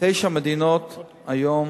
מדינות היום